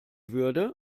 würde